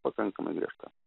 pakankamai griežta